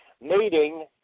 meeting